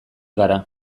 gara